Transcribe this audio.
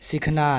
सिखनाइ